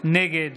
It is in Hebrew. נגד